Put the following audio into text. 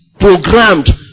programmed